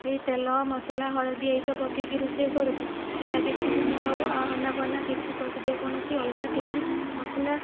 ଏହି ତେଲ ମସଲା ହଳଦୀ ଏଇ ତ ପକେଇକି ରୋଷେଇ କରୁଛି ହେଲା କିଛି ବି ମୁଁ ଆଉ ଅନାବନା କିଛି ଯେକୌଣସି ଅଲଗା କିଛି ମସଲା